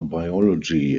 biology